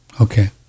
okay